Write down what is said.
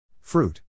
Fruit